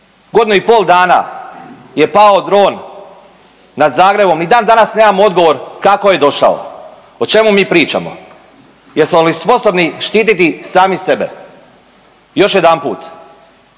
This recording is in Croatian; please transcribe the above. godinu i pol dana je pao dron nad Zagrebom ni dan danas nemamo odgovor kako je došao, o čemu mi pričamo, jesmo li sposobni štititi sami sebe? Još jedanput,